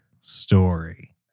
story